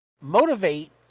motivate